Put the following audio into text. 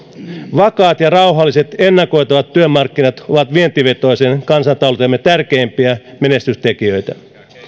vakaat ja rauhalliset ennakoitavat työmarkkinat ovat vientivetoisen kansantaloutemme tärkeimpiä menestystekijöitä